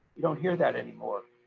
you don't hear that anymore.